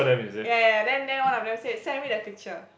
ya ya ya then then one of them said send me the picture